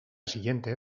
siguiente